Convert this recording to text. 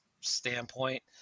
standpoint